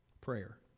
prayer